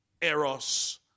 eros